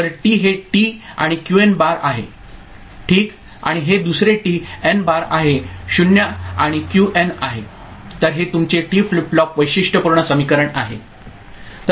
तर टी हे टी आणि क्यूएन बार आहे ठीक आणि हे दुसरे टी एन बार आहे 0 आणि क्यू एन आहे तर हे तुमचे टी फ्लिप फ्लॉप वैशिष्ट्यपूर्ण समीकरण आहे